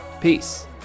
Peace